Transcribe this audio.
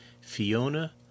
Fiona